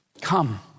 come